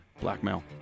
Blackmail